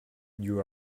you